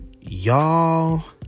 Y'all